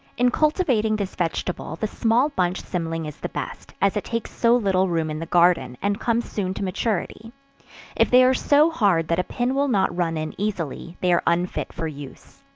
in cultivating this vegetable, the small bunch cymling is the best, as it takes so little room in the garden, and comes soon to maturity if they are so hard that a pin will not run in easily, they are unfit for use.